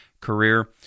career